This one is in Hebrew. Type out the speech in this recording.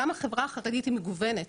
גם החברה החרדית היא מגוונת,